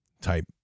type